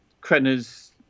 Krenner's